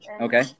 okay